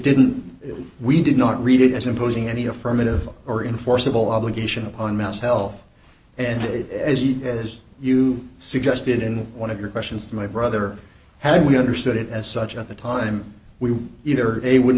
didn't we did not read it as imposing any affirmative or enforceable obligations on mass health and it as yet as you suggested in one of your questions to my brother had we understood it as such at the time we either a would